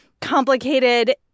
complicated